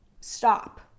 Stop